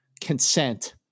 consent